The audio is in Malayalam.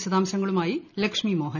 വിശദാംശങ്ങളുമായി ലക്ഷ്മി മോഹൻ